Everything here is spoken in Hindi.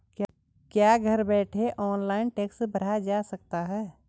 क्या घर बैठे ऑनलाइन टैक्स भरा जा सकता है?